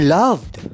loved